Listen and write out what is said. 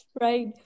right